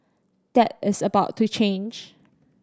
that is about to change